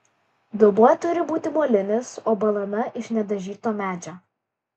dubuo turi būti molinis o balana iš nedažyto medžio